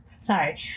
sorry